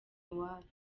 iwacu